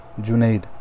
Junaid